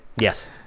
Yes